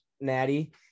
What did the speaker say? Natty